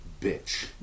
bitch